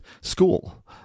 school